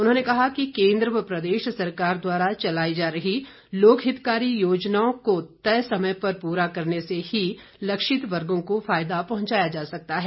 उन्होंने कहा कि केंद्र तथा प्रदेश सरकार द्वारा चलाई जा रही लोकहितकारी योजनाओं को तय समय पर पूरा करके ही लक्षित वर्गों को फायदा पहुंचाया जा सकता है